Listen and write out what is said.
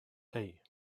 hey